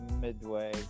midway